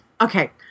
okay